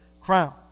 crown